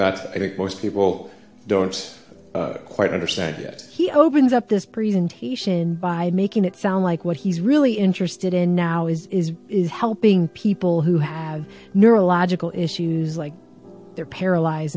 that i think most people don't quite understand yet he opens up this presentation by making it sound like what he's really interested in now is is is helping people who have neurological issues like they're paralyzed